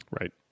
Right